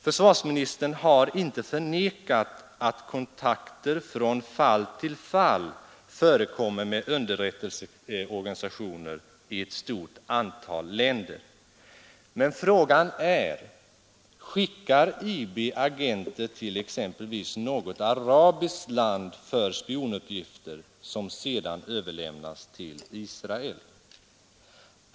Försvarsministern har inte förnekat att kontakter från fall till fall förekommer med underrättelseorganisationer i ett stort antal länder. Men frågan är: Skickar IB agenter till exempelvis något arabiskt land för spionuppgifter som sedan överlämnas till Israel?